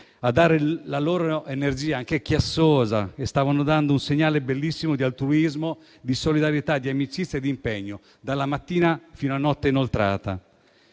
a dare la propria energia anche chiassosa, dando un segnale bellissimo di altruismo, di solidarietà, di amicizia e di impegno dalla mattina fino a notte inoltrata.